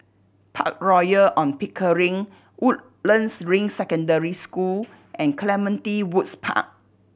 Park Royal On Pickering Woodlands Ring Secondary School and Clementi Woods Park